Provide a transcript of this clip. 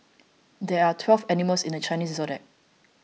there are twelve animals in the Chinese zodiac